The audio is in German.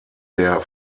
der